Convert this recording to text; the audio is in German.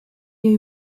wir